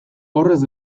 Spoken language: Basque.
horrez